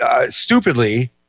stupidly